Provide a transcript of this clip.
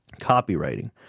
copywriting